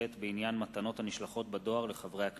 בעניין מתנות הנשלחות בדואר לחברי הכנסת.